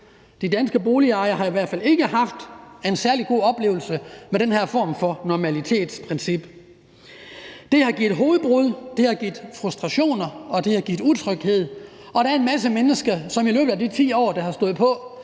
De danske boligejere har i hvert fald ikke haft en særlig god oplevelse med den her form for normalisering. Det har givet hovedbrud. Det har givet frustrationer, og det har givet utryghed for en masse mennesker i de 10 år, det har stået på.